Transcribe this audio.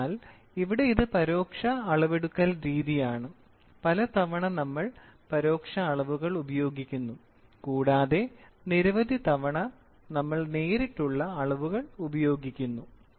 അതിനാൽ ഇവിടെ ഇത് പരോക്ഷ അളവെടുക്കൽ രീതിയാണ് പലതവണ നമ്മൾ പരോക്ഷ അളവുകൾ ഉപയോഗിക്കുന്നു കൂടാതെ നിരവധി തവണ നമ്മൾ നേരിട്ടുള്ള അളവുകൾ ഉപയോഗിക്കുന്നു